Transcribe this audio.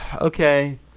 okay